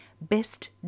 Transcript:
best